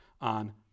on